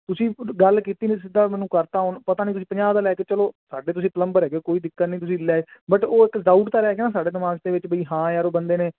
ਤੁਸੀਂ ਗੱਲ ਕੀਤੀ ਸਿੱਧਾ ਮੈਨੂੰ ਕਰਤਾ ਪਤਾ ਨਹੀਂ ਤੁਸੀਂ ਪੰਜਾਹ ਦਾ ਲੈ ਕੇ ਚਲੋ ਸਾਡੇ ਤੁਸੀਂ ਪਲੰਬਰ ਇਹ ਕੋਈ ਦਿੱਕਤ ਨਹੀਂ ਤੁਸੀਂ ਬਟ ਉਹ ਇੱਕ ਡਾਊਟ ਤਾਂ ਰਹਿ ਗਿਆ ਸਾਡੇ ਦਿਮਾਗ ਦੇ ਵਿੱਚ ਬਈ ਹਾਂ ਯਾਰ ਉਹ ਬੰਦੇ ਨੇ